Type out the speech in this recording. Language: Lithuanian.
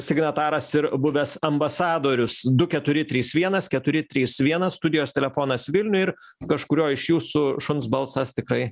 signataras ir buvęs ambasadorius du keturi trys vienas keturi trys vienas studijos telefonas vilniuj ir kažkurio iš jūsų šuns balsas tikrai